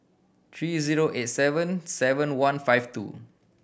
three zero eight seven seven one five two